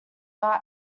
are